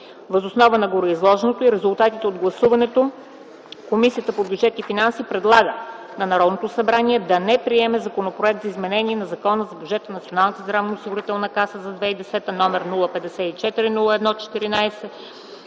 Въз основа на гореизложеното и резултатите от гласуването Комисията по бюджет и финанси предлага на Народното събрание да не приеме Законопроект за изменение на Закона за бюджета на Националната